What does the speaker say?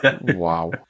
Wow